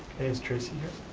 and is tracy here?